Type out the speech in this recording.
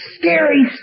Scary